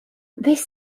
these